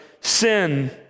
sin